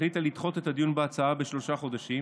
החליטה לדחות את הדיון בהצעה בשלושה חודשים,